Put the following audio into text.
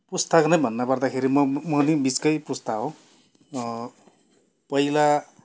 पुस्ताको नै भन्नु पर्दाखेरि म म पनि बिचकै पुस्ता हो पहिला